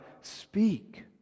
speak